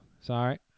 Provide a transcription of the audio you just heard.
Sorry